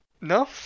No